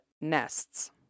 nests